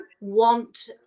want